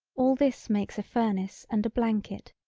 all this makes a furnace and a blanket.